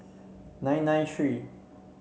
nine nine three